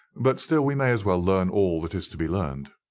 but still we may as well learn all that is to be learned.